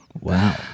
Wow